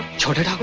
daughter.